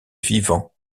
vivant